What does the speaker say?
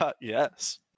Yes